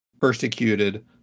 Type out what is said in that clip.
persecuted